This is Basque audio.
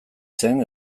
zen